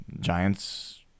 Giants